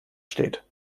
steht